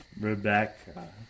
Rebecca